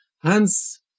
Hence